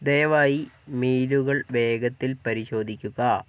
ദയവായി മെയിലുകൾ വേഗത്തിൽ പരിശോധിക്കുക